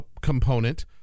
component